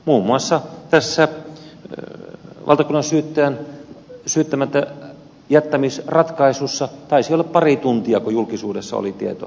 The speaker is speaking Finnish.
muun muassa tässä valtakunnansyyttäjän syyttämättäjättämisratkaisussa taisi kulua pari tuntia kun julkisuudessa oli tieto